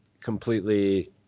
completely